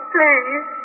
Please